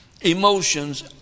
Emotions